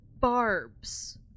barbs